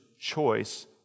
choice